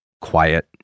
quiet